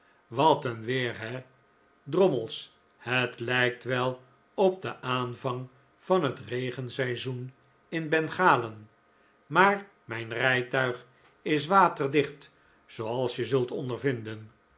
wat een weer he drommels het lijkt wel op den aanvang van het regenseizoen in bengalen maar mijn rijtuig is waterdicht zooals je zult onderviriden